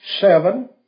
seven